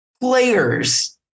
players